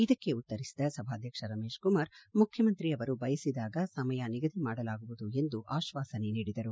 ಇದಕ್ಕೆ ಉತ್ತರಿಸಿದ ಸಭಾಧಕ್ಷ ರಮೇಶ್ ಕುಮಾರ್ ಮುಖ್ಯಮಂತ್ರಿ ಅವರು ಬಯಸಿದಾಗ ಸಮಯ ನಿಗದಿ ಮಾಡಲಾಗುವುದು ಎಂದು ಆಶ್ವಾಸನೆ ನೀಡಿದರು